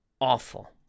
awful